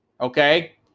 Okay